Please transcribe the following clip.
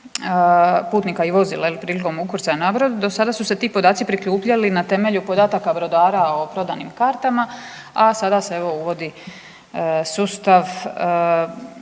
putnika i vozila prilikom ukrcaja na brod. Do sada su se ti podaci prikupljali na temelju podataka brodara o prodanim kartama, a sada se evo uvodi sustav